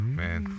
man